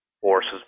forces